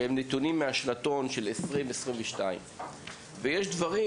שהם נתונים מהשנתון של 2022 ויש דברים